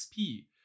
XP